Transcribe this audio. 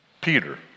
Peter